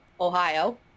ohio